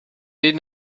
did